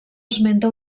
esmenta